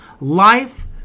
life